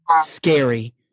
scary